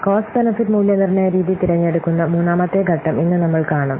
cost benefit മൂല്യനിർണ്ണയ രീതി തിരഞ്ഞെടുക്കുന്ന മൂന്നാമത്തെ ഘട്ടം ഇന്ന് നമ്മൾ കാണും